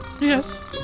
Yes